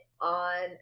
on